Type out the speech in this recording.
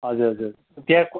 हजुर हजुर त्यहाँ क